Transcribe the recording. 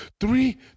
three